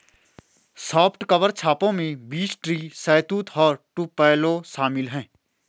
soft cover छापों में beech tree, शहतूत और टुपेलो शामिल है